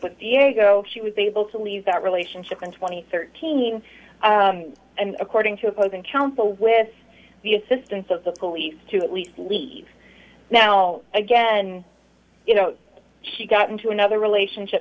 diego she was able to leave that relationship and twenty thirteen and according to opposing counsel with the assistance of the police to at least leave now again you know she got into another relationship